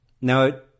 Now